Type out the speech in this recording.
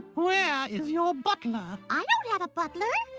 where is your butler? i don't have a butler.